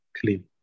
clean